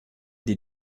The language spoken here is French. des